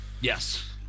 Yes